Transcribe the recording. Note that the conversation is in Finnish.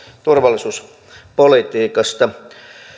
turvallisuuspolitiikasta